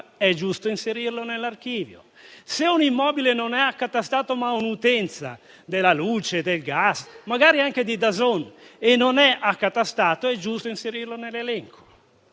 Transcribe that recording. è giusto inserirlo nell'archivio. Se un immobile non è accatastato ma ha un'utenza della luce, del gas, magari anche di Dazn, è giusto inserirlo nell'elenco.